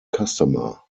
customer